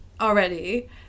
already